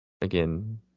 Again